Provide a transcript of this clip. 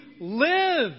live